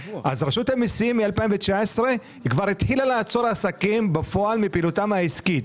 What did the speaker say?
רשות המיסים מ-2019 כבר התחילה בפועל לעצור עסקים מפעילותם העסקית.